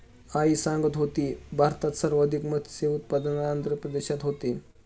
आई सांगत होती, भारतात सर्वाधिक मत्स्य उत्पादन आंध्र प्रदेशात होते